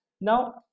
Now